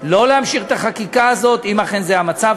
לא להמשיך את החקיקה הזאת אם אכן זה המצב.